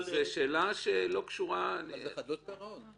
זה חדלות פירעון.